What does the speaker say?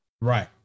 Right